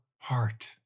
heart